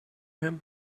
him